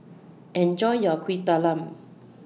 Enjoy your Kuih Talam